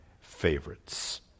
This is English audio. favorites